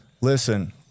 Listen